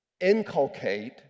inculcate